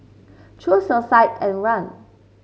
choose your side and run